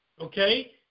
Okay